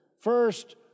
First